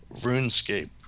RuneScape